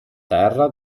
terra